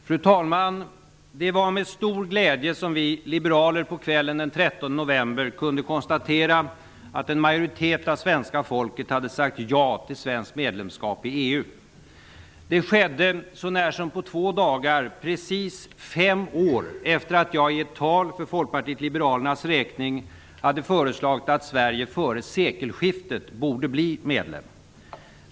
Fru talman! Det var med stor glädje som vi liberaler på kvällen den 13 november kunde konstatera att en majoritet av svenska folket hade sagt ja till svenskt medlemskap i EU. Det skedde så när som på två dagar precis fem år efter att jag i ett tal för Sverige före sekelskiftet borde bli medlem.